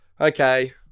okay